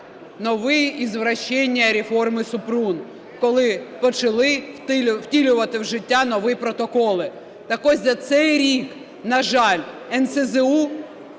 нові извращения реформы Супрун, коли почали втілювати в життя нові протоколи. Так ось, за цей рік, на жаль, НСЗУ